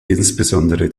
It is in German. insbesondere